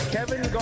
Kevin